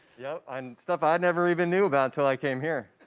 yup and stuff i never even knew about until i came here.